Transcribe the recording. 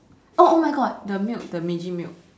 oh oh my God the milk the Meiji milk